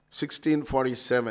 1647